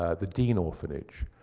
ah the dean orphanage.